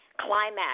climax